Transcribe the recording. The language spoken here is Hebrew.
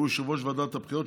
שהוא יושב-ראש ועדת הבחירות,